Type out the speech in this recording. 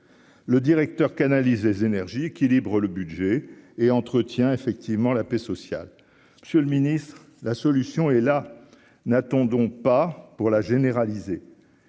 le directeur canalise les énergies quilibre le budget et entretien effectivement la paix sociale, monsieur le Ministre, la solution est là, n'attendons pas pour la généraliser,